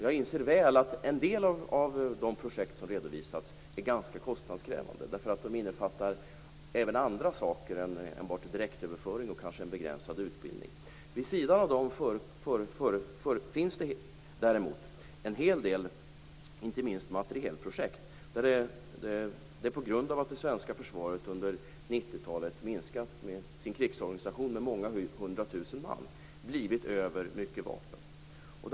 Jag inser väl att en del av de projekt som redovisats är ganska kostnadskrävande, eftersom de innefattar även andra saker än enbart direktöverföring och kanske en begränsad utbildning. Vid sidan av dessa finns det däremot en hel del andra projekt, inte minst materielprojekt. På grund av att det svenska försvaret under 90-talet minskat sin krigsorganisation med många hundra tusen man har det blivit mycket vapen över.